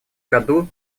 году